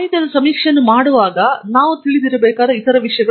ಮತ್ತು ಸಾಹಿತ್ಯದ ಸಮೀಕ್ಷೆಯನ್ನು ಮಾಡುವಾಗ ನಾವು ತಿಳಿದಿರಬೇಕಾದ ಕೆಲವು ಇತರ ವಿಷಯಗಳು